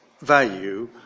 value